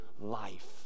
life